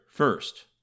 First